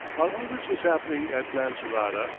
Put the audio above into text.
while all this was happening at lancerota,